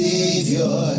Savior